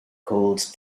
called